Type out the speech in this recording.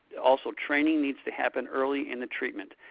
also training needs to happen early in the treatment.